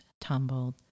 tumbled